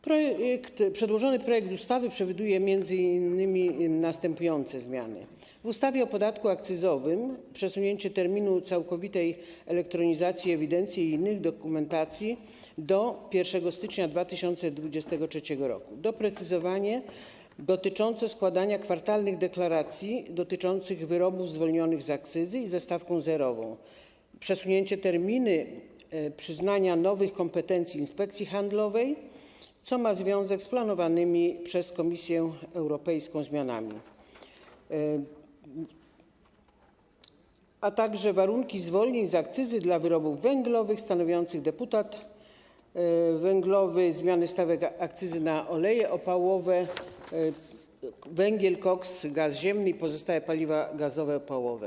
Przedłożony projekt ustawy przewiduje m.in. następujące zmiany: w ustawie o podatku akcyzowym przesunięcie terminu całkowitej elektronizacji ewidencji i innych dokumentacji do 1 stycznia 2023 r., doprecyzowanie w zakresie składania kwartalnych deklaracji dotyczących wyrobów zwolnionych z akcyzy i ze stawką zerową, przesunięcie terminu przyznania nowych kompetencji Inspekcji Handlowej, co ma związek z planowanymi przez Komisję Europejską zmianami, a także warunki zwolnień z akcyzy dla wyrobów węglowych stanowiących deputat węglowy, zmiany stawek akcyzy na oleje opałowe, węgiel, koks, gaz ziemny i pozostałe paliwa gazowe opałowe.